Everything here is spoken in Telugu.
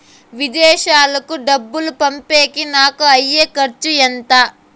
విదేశాలకు డబ్బులు పంపేకి నాకు అయ్యే ఖర్చు ఎంత?